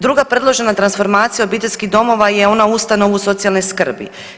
Druga predložena transformacija obiteljskih domova je ona u ustanovu socijalne skrbi.